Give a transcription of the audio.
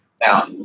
Now